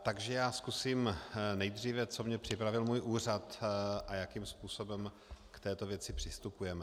Takže já zkusím nejdříve, co mě připravil můj úřad a jakým způsobem k této věci přistupujeme.